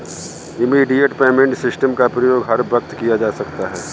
immediate payment system का प्रयोग हर वक्त किया जा सकता है